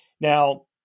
Now